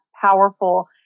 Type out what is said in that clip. powerful